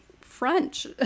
French